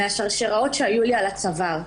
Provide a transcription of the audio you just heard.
מהשרשראות שהיו על הצוואר שלי.